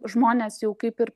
žmonės jau kaip ir